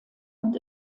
und